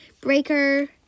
Breaker